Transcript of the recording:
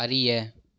அறிய